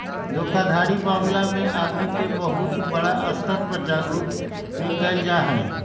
धोखाधड़ी मामला में आदमी के बहुत बड़ा स्तर पर जागरूक भी कइल जाहई